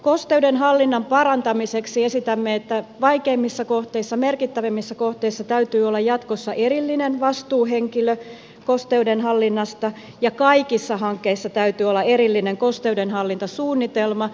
kosteudenhallinnan parantamiseksi esitämme että vaikeimmissa kohteissa merkittävimmissä kohteissa täytyy olla jatkossa erillinen vastuuhenkilö kosteudenhallinnasta ja kaikissa hankkeissa täytyy olla erillinen kosteudenhallintasuunnitelma